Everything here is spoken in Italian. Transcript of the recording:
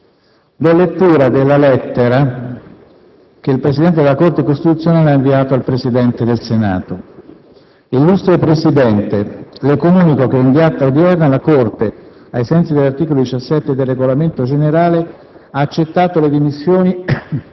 lettura della lettera che il Presidente della Corte costituzionale ha inviato al Presidente del Senato: «Roma, 4 maggio 2007 Illustre Presidente, Le comunico che in data odierna la Corte, ai sensi dell'art. 17 del Regolamento generale, ha accettato le dimissioni